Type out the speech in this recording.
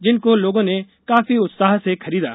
जिनकों लोगों ने काफी उत्साह से खरीदा